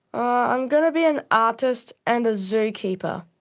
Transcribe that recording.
i'm going to be an artist and a zoo keeper.